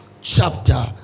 Chapter